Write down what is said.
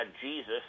Jesus